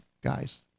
guys